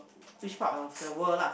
which part of the world lah